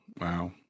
Wow